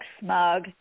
Smug